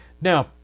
Now